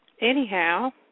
Anyhow